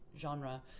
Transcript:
genre